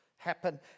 Happen